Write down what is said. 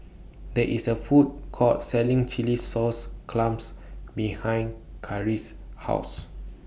There IS A Food Court Selling Chilli Sauce Clams behind Karis' House